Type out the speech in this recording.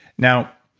now,